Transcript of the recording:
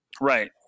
Right